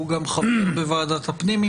הוא גם חבר בוועדת הפנים,